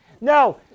No